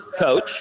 coach